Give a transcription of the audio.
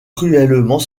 cruellement